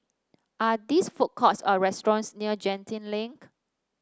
are these food courts or restaurants near Genting Link